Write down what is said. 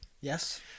Yes